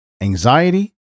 anxiety